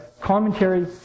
commentary